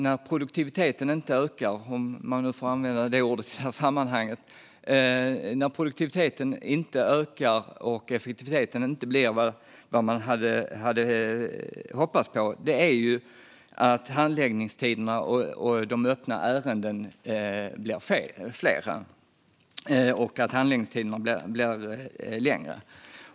När produktiviteten, om man får använda det ordet i detta sammanhang, inte ökar och effektiviteten inte blir vad man hade hoppats på blir de öppna ärendena fler och handläggningstiderna blir längre.